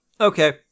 okay